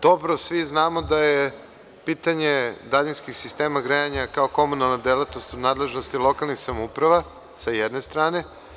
Dobro svi znamo da je pitanje daljinskih sistema grejanja kao komunalna delatnost u nadležnosti lokalnih samouprava sa jedne strane.